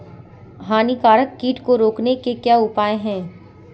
हानिकारक कीट को रोकने के क्या उपाय हैं?